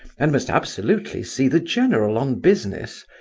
and must absolutely see the general on business,